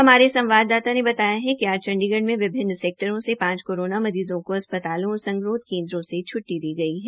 हमारे संवाददाता ने बताया कि आज चंडीगढ़ में विभिन्न सेक्टरों से पांच कोरोना मरीज़ों को अस्पतालों और संगरोध केन्द्रों से छटटी दी गई है